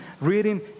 reading